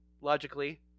Logically